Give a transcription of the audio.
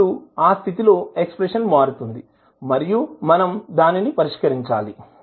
అప్పుడు ఆ స్థితిలో ఎక్స్ప్రెషన్ మారుతుంది మరియు మనం దానిని పరిష్కరించాలి